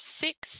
six